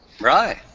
Right